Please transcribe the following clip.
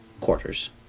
quarters